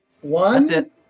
One